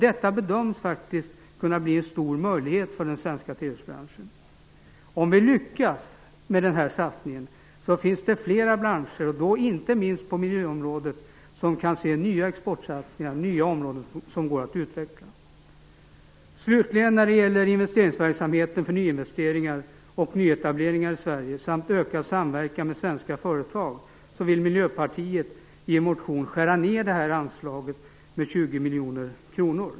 Detta bedöms faktiskt kunna bli en stor möjlighet för den svenska trähusbranschen. Om vi lyckas med den här satsningen finns det fler branscher, inte minst på miljöområdet, som kan se nya exportsatsningar och områden som går att utveckla. När det slutligen gäller investeringsverksamheten för nyinvesteringar och nyetableringar i Sverige samt ökad samverkan med svenska företag vill Miljöpartiet i en motion skära ned anslaget med 20 miljoner kronor.